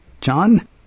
John